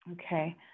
Okay